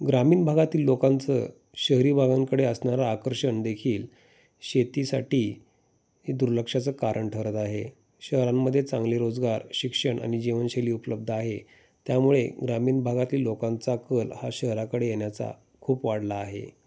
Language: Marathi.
ग्रामीण भागातील लोकांचं शहरी भागांकडे असणारं आकर्षण देखील शेतीसाठी हे दुर्लक्षाचं कारण ठरत आहे शहरांमध्ये चांगले रोजगार शिक्षण आणि जीवनशैली उपलब्ध आहे त्यामुळे ग्रामीण भागातील लोकांचा कल हा शहराकडे येण्याचा खूप वाढला आहे